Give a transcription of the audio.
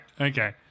okay